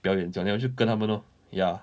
表演这样 then 我就跟他们 lor ya